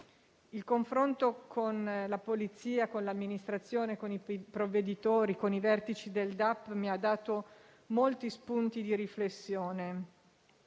Il confronto con la polizia, con l'amministrazione, con i provveditori, con i vertici del DAP mi ha dato molti spunti di riflessione: